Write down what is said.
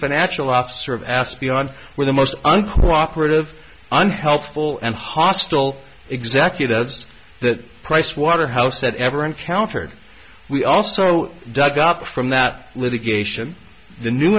financial officer of ass beyond where the most uncooperative unhelpful and hostile executives that pricewaterhouse had ever encountered we also dug up from that litigation the new